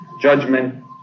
judgment